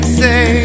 say